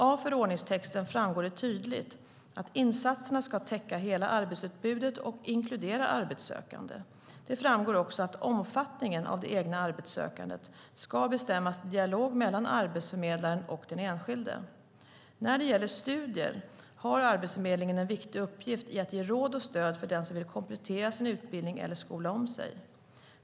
Av förordningstexten framgår det tydligt att insatserna ska täcka hela arbetsutbudet och inkludera arbetssökande. Det framgår också att omfattningen av det egna arbetssökandet ska bestämmas i dialog mellan arbetsförmedlaren och den enskilde. När det gäller studier har Arbetsförmedlingen en viktig uppgift i att ge råd och stöd för den som vill komplettera sin utbildning eller skola om sig.